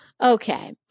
Okay